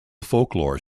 folklore